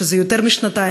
שזה יותר משנתיים.